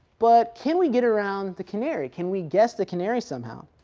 but can we get around the canary? can we guess the canary somehow?